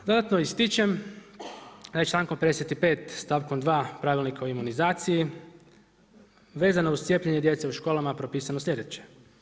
Dodatno ističem da je člankom 55. stavkom 2. Pravilnika o imunizaciji vezano uz cijepljenje djece u školama propisano slijedeće.